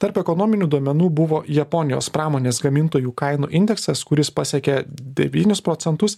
tarp ekonominių duomenų buvo japonijos pramonės gamintojų kainų indeksas kuris pasiekė devynis procentus